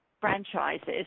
franchises